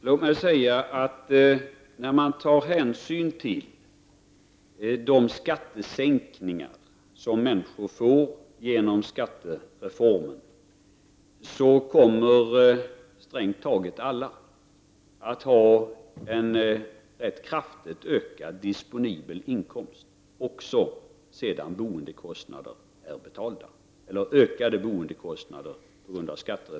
Fru talman! När man tar hänsyn till de skattesänkningar som människor får genom skattereformen kommer strängt taget alla att få en rätt kraftig ökning av sin disponibla inkomst, även sedan de på grund av skattereformen ökade boendekostnaderna är betalda.